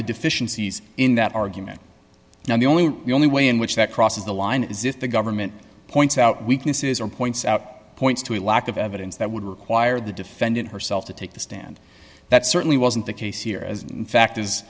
the deficiencies in that argument now the only one the only way in which that crosses the line is if the government points out weaknesses or points out points to a lack of evidence that would require the defendant herself to take the stand that certainly wasn't the case here as in fact